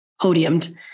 podiumed